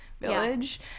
Village